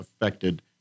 affected